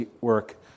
work